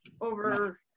over